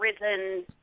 risen